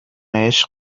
عشق